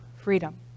freedom